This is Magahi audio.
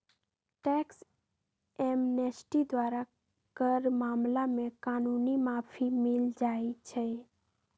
टैक्स एमनेस्टी द्वारा कर मामला में कानूनी माफी मिल जाइ छै